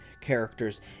characters